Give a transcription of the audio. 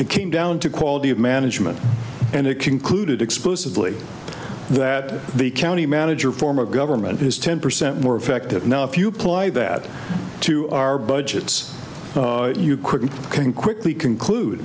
it came down to quality of management and it concluded explicitly that the county manager form of government is ten percent more effective now if you apply that to our budgets you couldn't can quickly conclude